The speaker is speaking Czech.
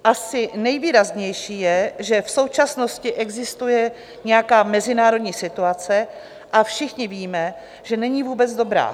Asi nejvýraznější je, že v současnosti existuje nějaká mezinárodní situace, a všichni víme, že není vůbec dobrá.